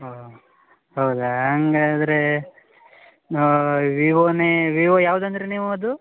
ಹಾಂ ಹೌದಾ ಹಾಗಾದ್ರೇ ವಿವೊನೇ ವಿವೊ ಯಾವುದು ಅಂದ್ರಿ ನೀವು ಅದು